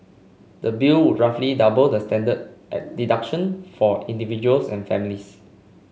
the bill would roughly double the standard at deduction for individuals and families